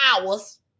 hours